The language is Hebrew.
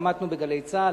התעמתנו ב"גלי צה"ל".